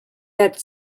that